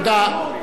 תודה.